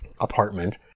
apartment